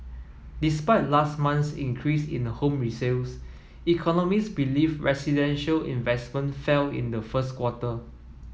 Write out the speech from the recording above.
despite last month's increase in the home resales economist believe residential investment fell in the first quarter